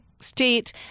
state